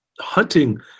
hunting